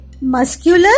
muscular